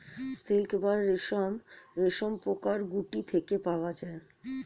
silk বা রেশম রেশমপোকার গুটি থেকে পাওয়া যায়